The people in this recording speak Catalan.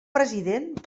president